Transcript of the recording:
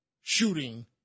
shooting